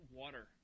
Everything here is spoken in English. water